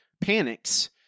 panics